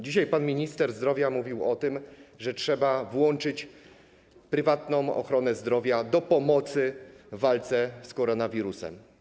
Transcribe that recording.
Dzisiaj pan minister zdrowia mówił o tym, że trzeba włączyć prywatną ochronę zdrowia do pomocy w walce z koronawirusem.